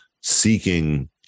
seeking